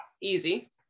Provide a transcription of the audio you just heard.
Easy